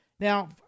Now